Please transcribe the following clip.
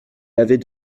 avait